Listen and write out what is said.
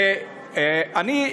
ואני,